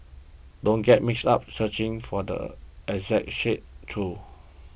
don't get mixed up searching for the exact shade though